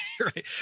right